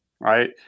Right